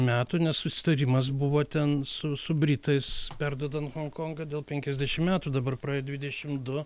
metų nes susitarimas buvo ten su su britais perduodant honkongą dėl penkiasdešim metų dabar praėjo dvidešim du